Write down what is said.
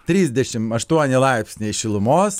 trisdešim aštuoni laipsniai šilumos